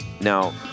Now